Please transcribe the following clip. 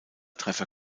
treffer